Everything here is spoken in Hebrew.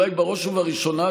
ואולי בראש ובראשונה,